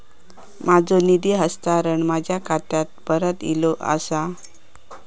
माझो निधी हस्तांतरण माझ्या खात्याक परत इले आसा